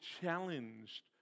challenged